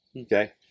okay